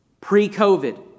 pre-COVID